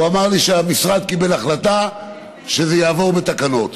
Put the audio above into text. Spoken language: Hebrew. הוא אמר לי שהמשרד קיבל החלטה שזה יעבור בתקנות.